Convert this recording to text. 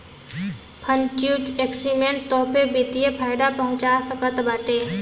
futures agreement तोहके वित्तीय फायदा पहुंचा सकत बाटे